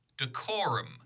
decorum